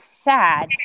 sad